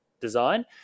design